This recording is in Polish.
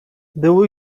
było